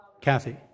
Kathy